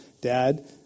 Dad